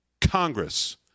Congress